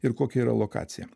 ir kokia yra lokacija